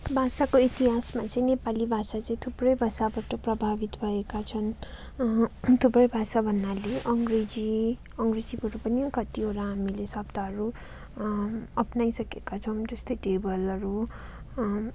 भाषाको इतिहासमा चाहिँ नेपाली भाषा चाहिँ थुप्रै भाषाबाट प्रभावित भएका छन् थुप्रै भाषा भन्नाले अङ्ग्रेजी अङ्ग्रेजीहरू पनि कतिवटा हामीले शब्दहरू अप्नाइसकेका छौँ जस्तै टेबलहरू